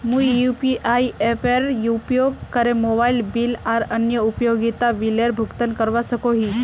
मुई यू.पी.आई एपेर उपयोग करे मोबाइल बिल आर अन्य उपयोगिता बिलेर भुगतान करवा सको ही